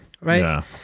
right